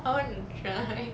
I want to try